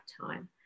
time